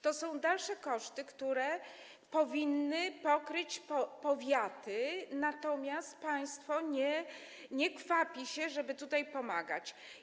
To są dalsze koszty, które powinny pokryć powiaty, natomiast państwo nie kwapi się, żeby tutaj pomagać.